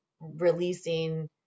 releasing